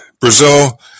Brazil